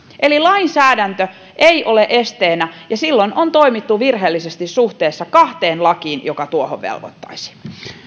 eli lainsäädäntö ei ole esteenä ja silloin on toimittu virheellisesti suhteessa kahteen lakiin jotka tuohon velvoittaisivat